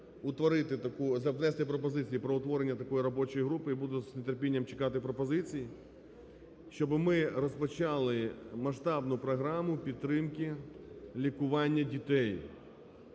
внести пропозицію про утворення такої робочої групи, я буду з нетерпінням чекати пропозицій, щоб ми розпочали масштабну програму підтримки лікування дітей,